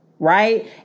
right